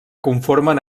conformen